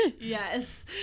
Yes